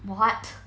what